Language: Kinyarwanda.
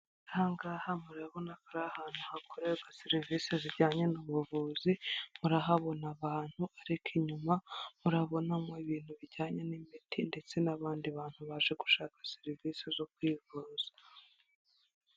Aha ngaha murabona ko ari ahantu hakorerwa serivisi zijyanye n'ubuvuzi, murahabona abantu, ariko inyuma murabonamo ibintu bijyanye n'imiti ndetse n'abandi bantu baje gushaka serivisi zo kwivuza.